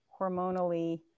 hormonally